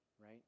right